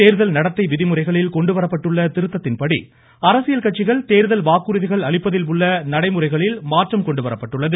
தேர்தல் நடத்தை விதிமுறைகளில் கொண்டுவரப்பட்டுள்ள திருத்தத்தின்படி அரசியல் கட்சிகள் தேர்தல் வாக்குறுதிகள் அளிப்பதில் உள்ள நடைமுறைகளில் மாற்றம் கொண்டுவரப்பட்டுள்ளது